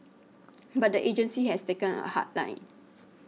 but the agency has taken a hard line